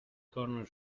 corner